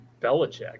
Belichick